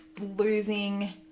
losing